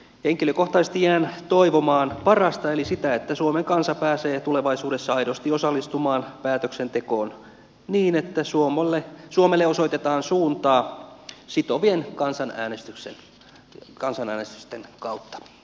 henkilökohtaisesti jään toivomaan parasta eli sitä että suomen kansa pääsee tulevaisuudessa aidosti osallistumaan päätöksentekoon niin että suomelle osoitetaan suuntaa sitovien kansanäänestysten kautta